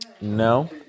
No